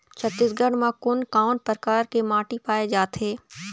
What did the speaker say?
छत्तीसगढ़ म कोन कौन प्रकार के माटी पाए जाथे?